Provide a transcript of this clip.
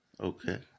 Okay